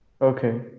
Okay